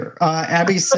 Abby